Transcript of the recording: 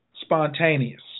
spontaneous